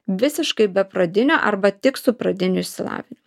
visiškai be pradinio arba tik su pradiniu išsilavinimu